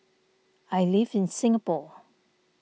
I live in Singapore